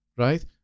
Right